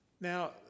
Now